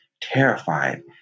terrified